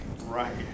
Right